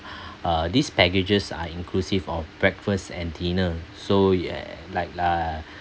uh these packages are inclusive of breakfast and dinner so yeah like uh